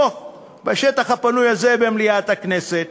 פה, בשטח הפנוי הזה במליאת הכנסת,